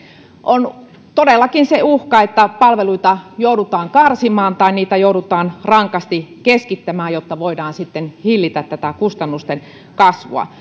on todellakin se uhka että palveluita joudutaan karsimaan tai niitä joudutaan rankasti keskittämään jotta voidaan sitten hillitä tätä kustannusten kasvua